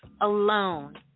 alone